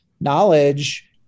knowledge